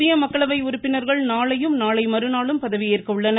புதிய மக்களவை உறுப்பினர்கள் நாளையும் நாளை மறுநாளும் பதவியேற்க உள்ளனர்